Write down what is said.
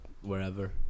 wherever